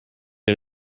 les